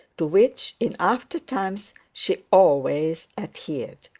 to which in after times she always adhered.